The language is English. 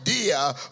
idea